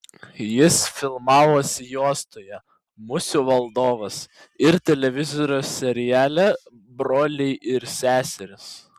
jis filmavosi juostoje musių valdovas ir televizijos seriale broliai ir seserys